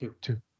two